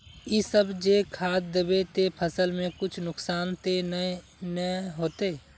इ सब जे खाद दबे ते फसल में कुछ नुकसान ते नय ने होते